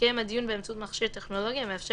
יתקיים הדיון באמצעות מכשיר טכנולוגי המאפשר